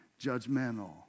judgmental